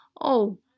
Oh